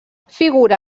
figura